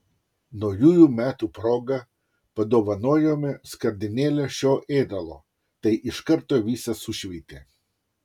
naujųjų metų proga padovanojome skardinėlę šio ėdalo tai iš karto visą sušveitė